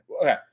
okay